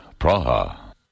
Praha